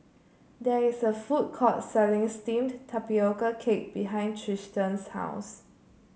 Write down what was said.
there is a food court selling steamed Tapioca Cake behind Triston's house